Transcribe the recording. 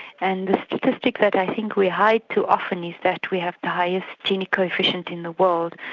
and the statistic that i think we hide too often, is that we have the highest gene coefficient in the world.